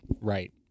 Right